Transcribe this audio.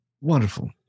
Wonderful